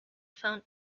phone